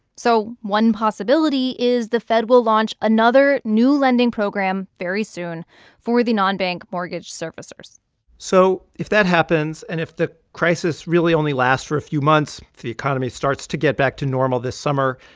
so one possibility is the fed will launch another new lending program very soon for the nonbank mortgage servicers so if that happens and if the crisis really only lasts for a few months if the economy starts to get back to normal this summer,